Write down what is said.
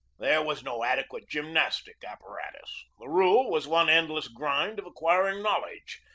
there was no adequate gymnastic apparatus. the rule was one endless grind of acquiring knowledge.